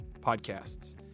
podcasts